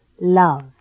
Love